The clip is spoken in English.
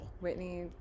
Whitney